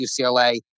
UCLA